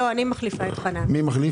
אני הסגנית של חנן.